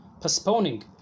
postponing